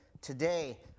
today